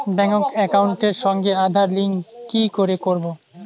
Bank একাউন্টের সঙ্গে Aadhaar link কি করে করবো?